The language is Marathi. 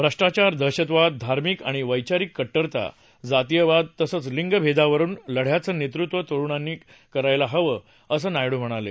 भ्रष्टाचार दहशतवाद धार्मिक आणि वैचारिक कड्डरता जातिवाद तसंच लिंगभेदाविरुद्धच्या लढ्याचं नेतृत्व तरुणांनी करायला हवं असं नायडू म्हणाले